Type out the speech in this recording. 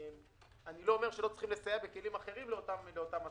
אני לא אומר שלא צריך לסייע בכלים אחרים לאותם עסקים.